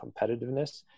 competitiveness